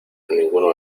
ninguno